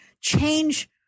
change